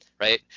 right